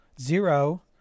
Zero